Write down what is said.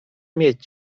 mieć